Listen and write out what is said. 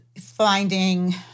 finding